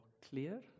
clear